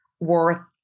worth